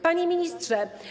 Panie Ministrze!